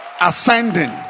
ascending